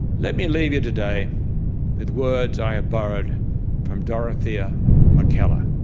let me leave you today with words i have borrowed from dorothea mckellar.